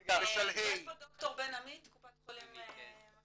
-- יש פה ד"ר בן עמית, קופת חולים מכבי.